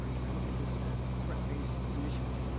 i look at this as a threat-based initiative.